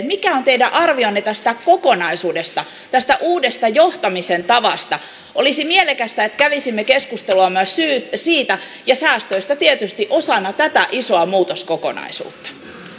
mikä on teidän arvionne tästä kokonaisuudesta tästä uudesta johtamisen tavasta olisi mielekästä että kävisimme keskustelua myös siitä ja säästöistä tietysti osana tätä isoa muutoskokonaisuutta